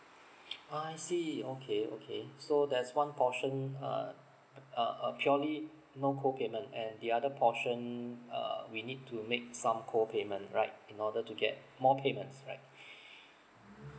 oh I see okay okay so there's one portion uh uh uh purely no co payment and the other portion uh we need to make some co payment right in order to get more payments right